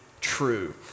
true